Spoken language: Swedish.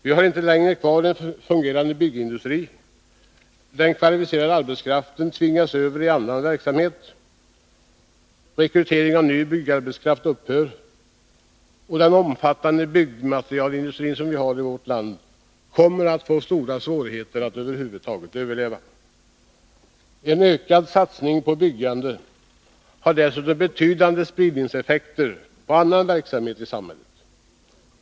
Vi skulle inte längre ha kvar en fungerande byggindustri efter det att den kvalificerade arbetskraften hade tvingats över i annan verksamhet och rekryteringen av ny byggarbetskraft upphört. Och den omfattande byggmaterialindustrin i vårt land skulle få stora svårigheter att över huvud taget överleva. En ökad satsning på byggande har betydande spridningseffekter på annan verksamhet i samhället.